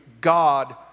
God